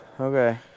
Okay